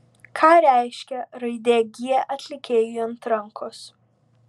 ką reiškia raidė g atlikėjui ant rankos